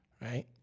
right